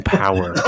power